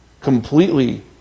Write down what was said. completely